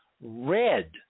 red